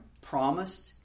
promised